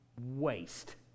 waste